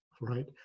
right